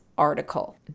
article